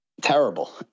Terrible